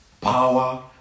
power